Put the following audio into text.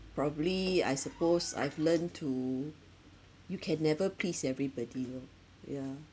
probably I suppose I've learned to you can never please everybody lor yeah